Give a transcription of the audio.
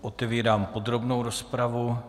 Otevírám podrobnou rozpravu.